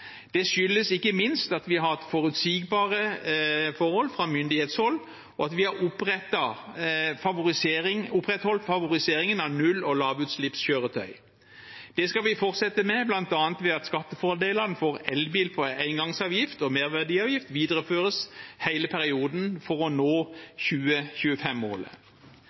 Det skyldes ikke minst at vi har hatt forutsigbare forhold fra myndighetshold, og at vi har opprettholdt favoriseringen av null- og lavutslippskjøretøy. Det skal vi fortsette med, bl.a. ved at skattefordelene for elbil på engangsavgift og merverdiavgift videreføres hele perioden for å nå